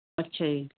ਅੱਛਾ ਜੀ